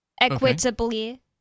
Equitably